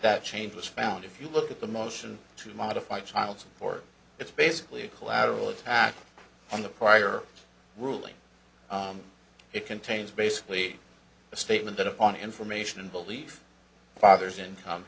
that change was found if you look at the motion to modify child support it's basically a collateral attack on the prior ruling it contains basically a statement that upon information and belief father's income